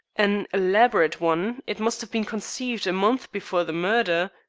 an elaborate one. it must have been conceived a month before the murder.